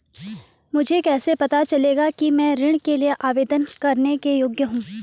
मुझे कैसे पता चलेगा कि मैं ऋण के लिए आवेदन करने के योग्य हूँ?